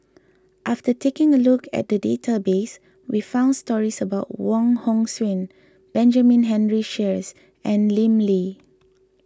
after taking a look at the database we found stories about Wong Hong Suen Benjamin Henry Sheares and Lim Lee